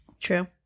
true